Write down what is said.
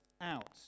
out